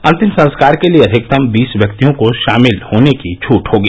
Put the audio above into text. अंतिम संस्कार के लिये अधिकतम बीस व्यक्तियों को शामिल होने की छूट होगी